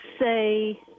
say